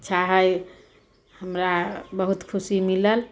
अच्छा हइ हमरा बहुत खुशी मिलल